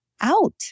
out